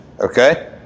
okay